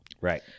Right